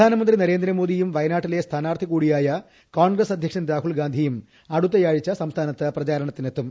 പ്രധാനമന്ത്രി നരേന്ദ്രമോദിയും വയനാട്ടിലെ സ്ഥാനാർത്ഥി കൂടിയായ കോൺഗ്രസ് അധ്യക്ഷൻ രാഹുൽ ഗാന്ധിയും അടുത്ത ആഴ്ച സംസ്ഥാനത്ത് പ്രചാരണത്തിനെത്തും